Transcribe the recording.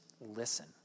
listen